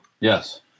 Yes